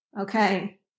Okay